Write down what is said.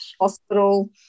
hospital